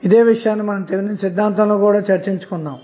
ఇదే విషయాన్ని థెవినిన్ సిద్ధాంతమ్ లోకూడా చర్చించుకున్నాము